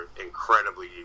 incredibly